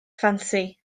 ffansi